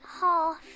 half